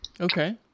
Okay